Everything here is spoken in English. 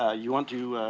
ah you want to